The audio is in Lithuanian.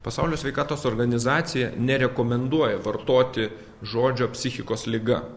pasaulio sveikatos organizacija nerekomenduoja vartoti žodžio psichikos liga